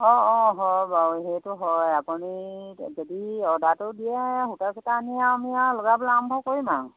অঁ অঁ হয় বাৰু সেইটো হয় আপুনি যদি অৰ্ডাৰটো দিয়ে সূতা চূতা আনি আৰু আমি আৰু লগাবলৈ আৰম্ভ কৰিম আৰু